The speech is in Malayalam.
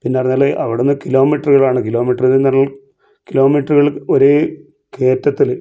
പിന്നെ പറഞ്ഞാല് അവിടുന്ന് കിലോമീറ്ററുകളാണ് കിലോ മീറ്റർ കിലോമീറ്ററുകൾ ഒരേ കേറ്റത്തില്